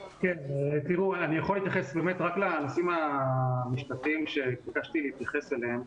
אני יכול להתייחס באמת רק לנושאים המשפטיים שהתבקשתי להתייחס אליהם.